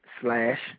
slash